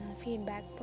feedback